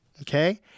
Okay